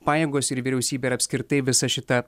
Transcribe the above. pajėgos ir vyriausybė ir apskritai visa šita